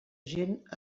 gent